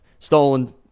stolen